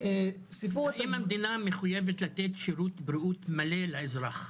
האם המדינה מחויבת לתת שירות בריאות מלא לאזרח?